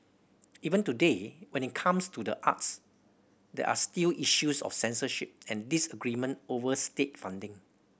even today when it comes to the arts there are still issues of censorship and disagreement over state funding